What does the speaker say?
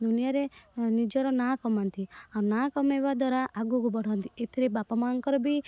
ଦୁନିଆରେ ନିଜର ନାଁ କମାନ୍ତି ଆଉ ନାଁ କମାଇବା ଦ୍ଵାରା ଆଗକୁ ବଢ଼ନ୍ତି ଏଥିରେ ବାପମାଆଙ୍କର ବି